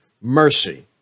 mercy